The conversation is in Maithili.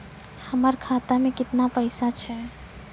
हमर खाता मैं केतना पैसा छह?